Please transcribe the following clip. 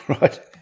Right